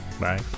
Bye